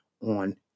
on